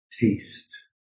taste